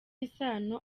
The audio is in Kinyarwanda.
isano